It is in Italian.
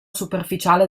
superficiale